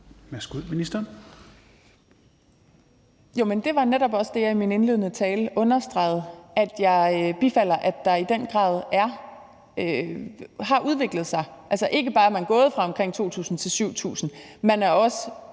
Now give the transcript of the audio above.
(Ane Halsboe-Jørgensen): Det var netop også det, jeg i min indledende tale understregede: Jeg bifalder, at det i den grad har udviklet sig. Ikke bare er man gået fra omkring 2.000 til 7.000, man er også